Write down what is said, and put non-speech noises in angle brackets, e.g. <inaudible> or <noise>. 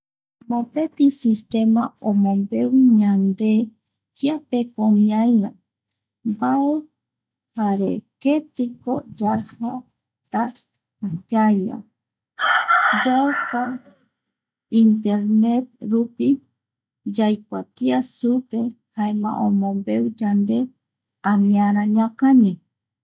Mopeti sistema omombeu ñande kiapeko ñai va, mbae jare ketiko yaja, ta ñaiva <noise> kuako internet rupi, yaikuatia supe jaema omombeu yande aniara ñakañi